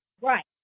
right